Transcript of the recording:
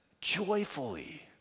joyfully